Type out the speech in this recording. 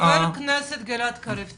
חבר הכנסת גלעד קריב,